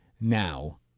now